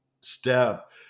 step